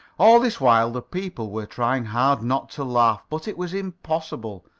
all this while the people were trying hard not to laugh. but it was impossible.